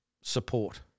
support